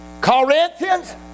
Corinthians